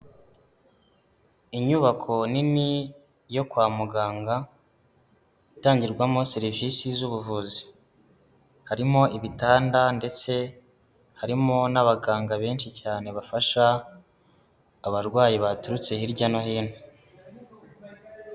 Inyubako nini yo kwa muganga, itangirwamo serivisi z'ubuvuzi, harimo ibitanda ndetse harimo n'abaganga benshi cyane bafasha abarwayi baturutse hirya no hino.